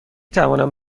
توانم